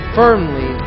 firmly